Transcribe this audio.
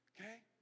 Okay